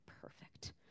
perfect